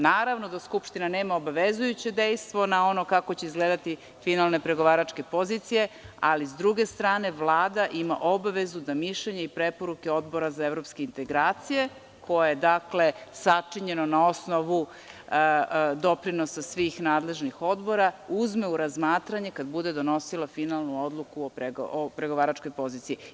Naravno, Skupština nema obavezujuće dejstvo na ono kako će izgledati finalne pregovaračke pozicije, ali sa druge strane, Vlada ima obavezu da mišljenje i preporuke Odbora za evropske integracije, koje je sačinjeno na osnovu doprinosa svih nadležnih odbora, uzme u razmatranje kada bude donosila finalnu odluku o pregovaračkog poziciji.